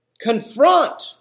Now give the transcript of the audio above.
confront